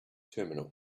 terminal